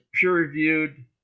peer-reviewed